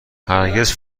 هرگز